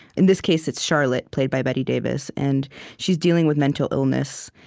in this case, it's charlotte, played by bette davis, and she's dealing with mental illness.